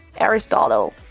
Aristotle